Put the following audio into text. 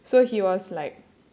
so he was like